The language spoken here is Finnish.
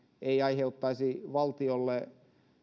ei aiheuttaisi valtiolle